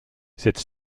cette